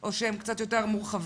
או שהם קצת יותר מורחבים?